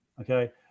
okay